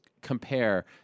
compare